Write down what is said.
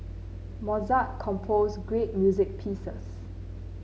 Mozart composed great music pieces